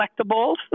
collectibles